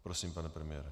Prosím, pane premiére.